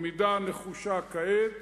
עמידה נחושה כעת,